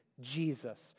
Jesus